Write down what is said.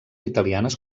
italianes